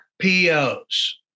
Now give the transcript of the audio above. POs